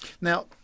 Now